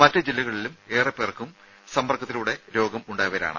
മറ്റ് ജില്ലകളിലും ഏറെപേരും സമ്പർക്കത്തിലൂടെ രോഗം ഉണ്ടായവരാണ്